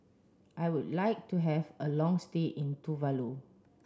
I would like to have a long stay in Tuvalu